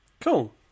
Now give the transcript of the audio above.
Cool